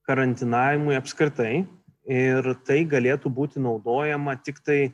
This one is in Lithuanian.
karantinavimui apskritai ir tai galėtų būti naudojama tiktai